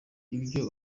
ibyo